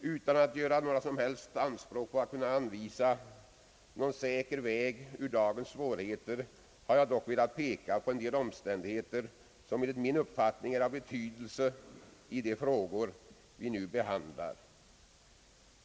Utan att göra några som helst anspråk på att kunna anvisa någon säker väg ut ur dagens svårigheter har jag dock velat peka på en del omständigheter, som enligt min uppfattning är av betydelse i de frågor vi nu behandlar.